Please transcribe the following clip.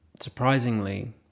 Surprisingly